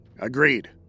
Agreed